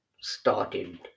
started